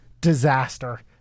disaster